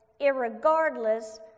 irregardless